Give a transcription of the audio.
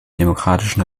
demokratischen